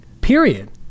Period